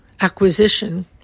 acquisition